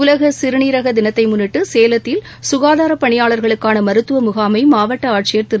உலக சிறுநீரக தினத்தை முன்னிட்டு சேலத்தில் சுகாதாரப் பணியாளர்களுக்கா மருத்துவ முகாமை மாவட்ட ஆட்சியர் திரு